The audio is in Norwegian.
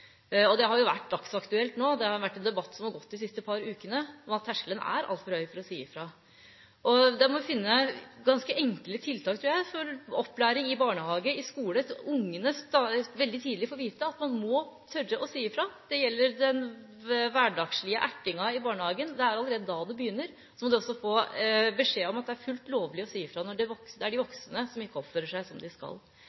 og det har vært dagsaktuelt nå. Det har vært en debatt som har gått de siste par ukene, om at terskelen er altfor høy for å si ifra. Da må vi finne ganske enkle tiltak – tror jeg – for opplæring i barnehage, i skole – at ungene veldig tidlig får vite at man må tørre å si ifra. Det gjelder den hverdagslige ertingen i barnehagen, det er allerede da det begynner. De må få beskjed om at det er fullt lovlig å si ifra når de voksne ikke oppfører seg som de